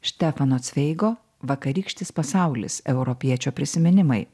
štefano cveigo vakarykštis pasaulis europiečio prisiminimai